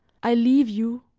i leave you!